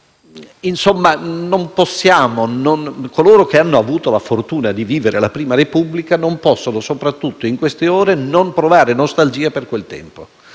disegna. Coloro che hanno avuto la fortuna di vivere la prima Repubblica non possono, soprattutto in queste ore, non provare nostalgia per quel tempo.